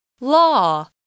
Law